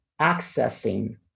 accessing